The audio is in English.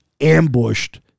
ambushed